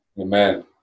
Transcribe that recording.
Amen